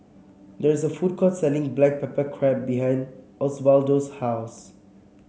there is a food court selling Black Pepper Crab behind Osvaldo's house